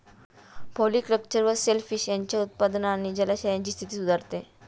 polyculture व shellfish यांच्या उत्पादनाने जलाशयांची स्थिती सुधारते